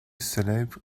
célèbre